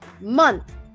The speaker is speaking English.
month